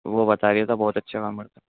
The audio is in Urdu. وہ بتا رہا تھا بہت اچھا کام کرتے